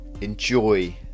enjoy